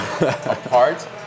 apart